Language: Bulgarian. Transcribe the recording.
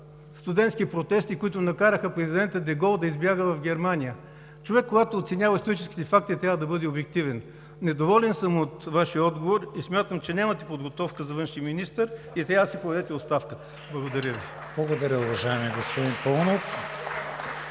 студентски протести, които накараха президента Де Гол да избяга в Германия. Когато човек оценява историческите факти, трябва да бъде обективен. Недоволен съм от Вашия отговор и смятам, че нямате подготовка за външен министър и трябва да си подадете оставката. Благодаря Ви. (Ръкопляскания от